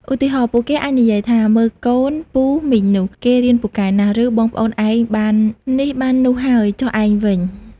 ឧទាហរណ៍ ពួកគេអាចនិយាយថា "មើលកូនពូ/មីងនោះ គេរៀនពូកែណាស់" ឬ "បងប្អូនឯងបាននេះបាននោះហើយ ចុះឯងវិញ?"។